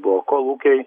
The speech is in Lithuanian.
buvo kolūkiai